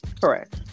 Correct